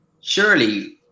Surely